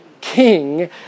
King